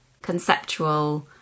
conceptual